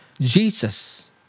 Jesus